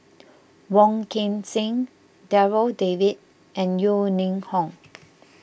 Wong Kan Seng Darryl David and Yeo Ning Hong